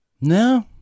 No